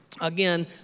again